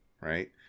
Right